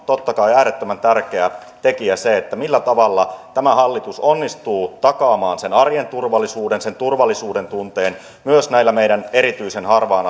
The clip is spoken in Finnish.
totta kai äärettömän tärkeä tekijä se millä tavalla tämä hallitus onnistuu takaamaan sen arjen turvallisuuden sen turvallisuudentunteen myös näillä meidän erityisen harvaan